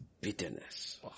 bitterness